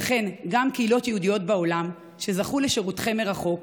וכן קהילות יהודיות בעולם שזכו לשירותכם מרחוק,